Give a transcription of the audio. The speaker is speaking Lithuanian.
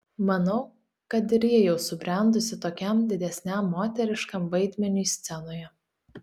manau kad ir ji jau subrendusi tokiam didesniam moteriškam vaidmeniui scenoje